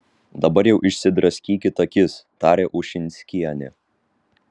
dabar jau išsidraskykit akis tarė ušinskienė